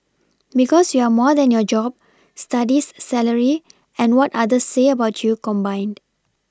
because you're more than your job Studies salary and what others say about you combined